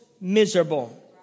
miserable